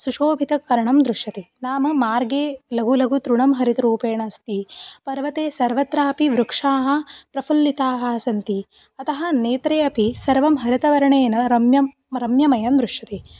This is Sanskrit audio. सुशोभितपर्णं दृश्यते नाम मार्गे लगु लगु तृणं हरितरूपेण अस्ति पर्वते सर्वत्रापि वृक्षाः प्रफ़ुल्लिताः सन्ति अतः नेत्रे अपि सर्वं हरितवर्णेन रम्यं रम्यमयं दृश्यते